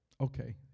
Okay